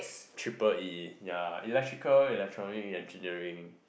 triple E ya electrical electronic engineering